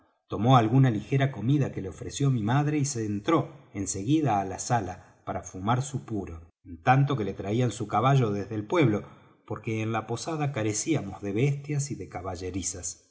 tomó alguna ligera comida que le ofreció mi madre y se entró en seguida á la sala para fumar su puro en tanto que le traían su caballo desde el pueblo porque en la posada carecíamos de bestias y de caballerizas